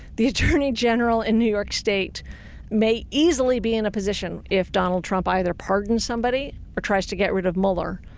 the attorney general in new york state may easily be in a position, if donald trump either pardons somebody or tries to get rid of mueller,